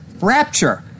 rapture